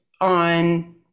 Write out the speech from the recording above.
on